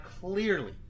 clearly